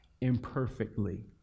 imperfectly